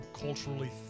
culturally